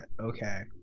Okay